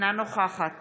אינה נוכחת